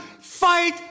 fight